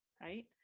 right